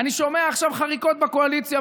ואני שומע עכשיו חריקות בקואליציה,